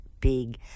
big